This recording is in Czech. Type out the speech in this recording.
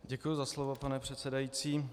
Děkuji za slovo, pane předsedající.